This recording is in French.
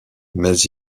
mais